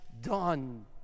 done